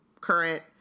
Current